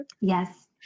Yes